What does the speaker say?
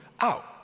out